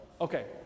Okay